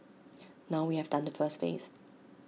now we have done the first phase